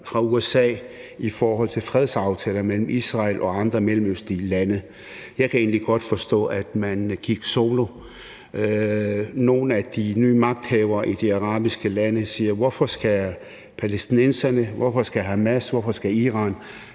fra USA's side i forhold til fredsaftaler mellem Israel og andre mellemøstlige lande. Jeg kan egentlig godt forstå, at man gik solo. Nogle af de nye magthavere i de arabiske lande spørger, hvorfor palæstinenserne, hvorfor Hamas, hvorfor Iran